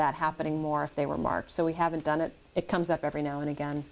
that happening more if they were marked so we haven't done it it comes up every now and again